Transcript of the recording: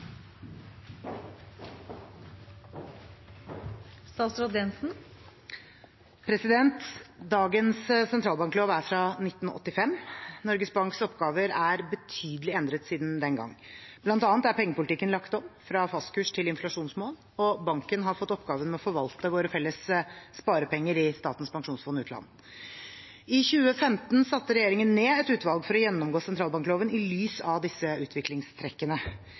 fra 1985. Norges Banks oppgaver er betydelig endret siden den gang. Blant annet er pengepolitikken lagt om fra fastkurs til inflasjonsmål, og banken har fått oppgaven med å forvalte våre felles sparepenger i Statens pensjonsfond utland. I 2015 satte regjeringen ned et utvalg for å gjennomgå sentralbankloven i lys av disse utviklingstrekkene.